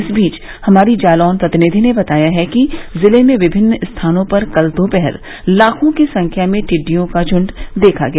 इस बीच हमारी जालौन प्रतिनिधि ने बताया है कि जिले में विभिन्न स्थानों पर कल दोपहर लाखों की संख्या में टिड़ियों का झुण्ड देखा गया